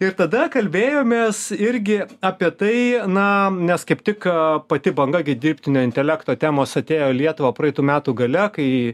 ir tada kalbėjomės irgi apie tai na nes kaip tik pati banga gi dirbtinio intelekto temos atėjo į lietuvą praeitų metų gale kai